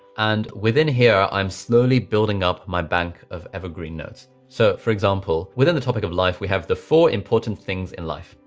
and within here, i'm slowly building up my bank of evergreen notes. so for example, within the topic of life, we have the four important things in life.